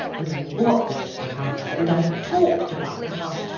and i watched the house, and i talked about the house,